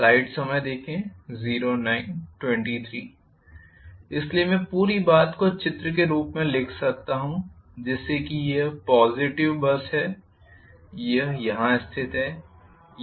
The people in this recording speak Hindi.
इसलिए मैं पूरी बात को चित्र के रूप में लिख सकता हूं जैसे कि यह पॉज़िटिव बस है यह यहाँ स्थित है